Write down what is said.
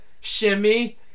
Shimmy